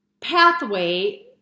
pathway